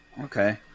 okay